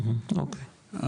אוקי.